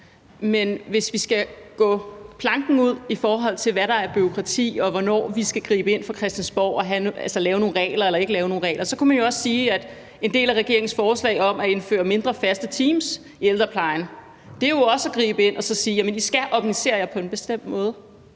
men hvis vi skal gå planken ud, i forhold til hvad der er bureaukrati, og hvornår vi skal gribe ind fra Christiansborgs side og lave nogle regler eller ikke lave nogle regler, så kunne man også sige, at en del af regeringens forslag om at indføre mindre, faste teams i ældreplejen jo også er at gribe ind, altså ved at man siger: I skal organisere jer på en bestemt måde.